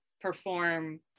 perform